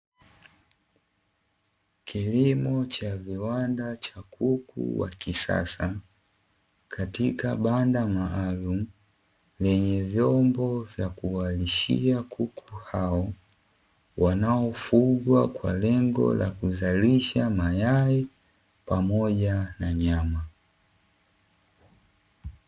Kilimo cha viwanda cha kuku wa kisasa, katika banda maalumu; lenye vyombo vya kuwalishia kuku hao wanaofugwa kwa lengo la kuzalisha mayai pamoja na nyama.